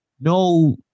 no